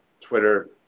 Twitter